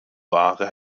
wahre